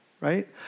right